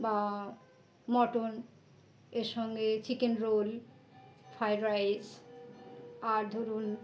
বা মটন এর সঙ্গে চিকেন রোল ফ্রায়েড রাইস আর ধরুন